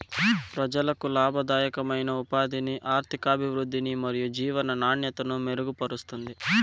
ప్రజలకు లాభదాయకమైన ఉపాధిని, ఆర్థికాభివృద్ధిని మరియు జీవన నాణ్యతను మెరుగుపరుస్తుంది